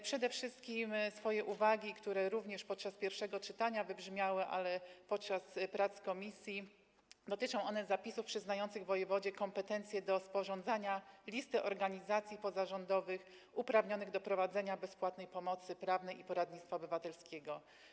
Przede wszystkim nasze uwagi, które wybrzmiały podczas pierwszego czytania, ale również podczas prac komisji, dotyczą zapisów przyznających wojewodzie kompetencje do sporządzania listy organizacji pozarządowych uprawnionych do prowadzenia bezpłatnej pomocy prawnej i poradnictwa obywatelskiego.